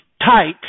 tight